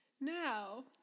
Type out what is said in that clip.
Now